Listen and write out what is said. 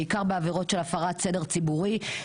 בעיקר בעבירות של הפרת סדר ציבורי,